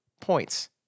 points